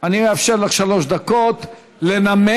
אני אאפשר לך שלוש דקות לנמק,